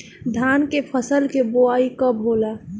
धान के फ़सल के बोआई कब होला?